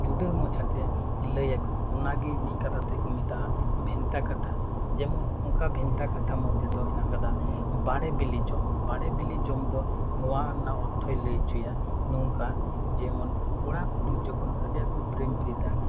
ᱡᱩᱫᱟᱹ ᱢᱟᱪᱷᱟᱛᱮ ᱞᱟᱹᱭ ᱟᱠᱚ ᱚᱱᱟᱜᱮ ᱢᱤᱫ ᱠᱟᱛᱷᱟ ᱛᱮᱠᱚ ᱢᱮᱛᱟᱜᱼᱟ ᱵᱷᱮᱱᱛᱟ ᱠᱟᱛᱷᱟ ᱡᱮᱢᱚᱱ ᱚᱱᱠᱟ ᱵᱷᱮᱱᱛᱟ ᱠᱟᱛᱷᱟ ᱢᱩᱫᱽ ᱨᱮ ᱫᱚ ᱢᱮᱱᱟᱜ ᱟᱠᱟᱫᱟ ᱵᱟᱲᱮ ᱵᱤᱞᱤ ᱡᱚᱢ ᱵᱟᱲᱮ ᱵᱤᱞᱤ ᱡᱚᱢ ᱫᱚ ᱱᱚᱶᱟ ᱨᱮᱭᱟᱜ ᱚᱨᱛᱷᱚᱭ ᱞᱟᱹᱭ ᱚᱪᱚᱭᱟ ᱱᱚᱝᱠᱟ ᱡᱮᱢᱚᱱ ᱠᱚᱲᱟ ᱠᱩᱲᱤ ᱡᱚᱠᱷᱚᱱ ᱟᱹᱰᱤ ᱟᱸᱴ ᱠᱚ ᱯᱨᱮᱢ ᱯᱤᱨᱤᱛᱟ